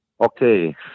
okay